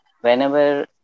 whenever